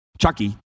Chucky